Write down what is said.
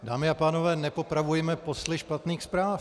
Dámy a pánové, nepopravujme posly špatných zpráv.